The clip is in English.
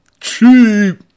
Cheap